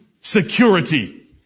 security